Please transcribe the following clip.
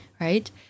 Right